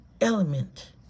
element